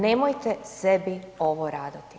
Nemojte sebi ovo raditi.